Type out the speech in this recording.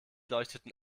leuchteten